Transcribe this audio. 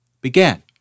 began